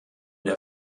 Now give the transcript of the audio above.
der